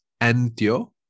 Antio